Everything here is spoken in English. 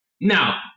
Now